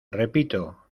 repito